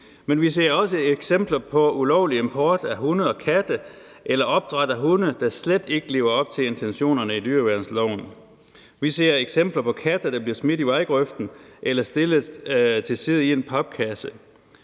Men vi ser også eksempler på ulovlig import af hunde og katte eller opdræt af hunde, der slet ikke lever op til intentionerne i dyreværnsloven. Vi ser eksempler på katte, der bliver smidt i vejgrøften ellers stilles til side i en papkasse.